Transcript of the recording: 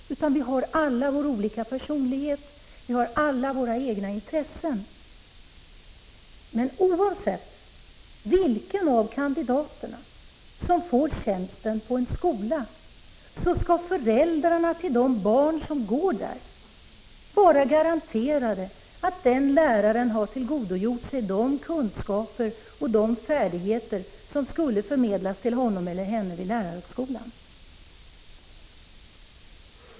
Alla har vi olika personlighet, och vi har våra egna intressen. Men oavsett vilken sökande som får en tjänst på en skola skall föräldrarna till de barn som går där vara garanterade att läraren har tillgodogjort sig de kunskaper och färdigheter som har förmedlats till honom eller henne vid lärarhögskolan.